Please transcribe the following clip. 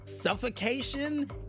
Suffocation